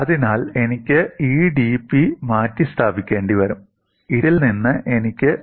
അതിനാൽ എനിക്ക് ഈ dP മാറ്റിസ്ഥാപിക്കേണ്ടിവരും ഇതിൽ നിന്ന് എനിക്ക് ലഭിക്കും